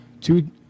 Two